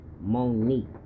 Monique